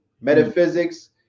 Metaphysics